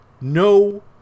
no